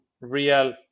real